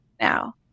now